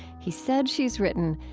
he said, she's written,